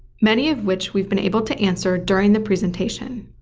many of which we've been able to answer during the presentation.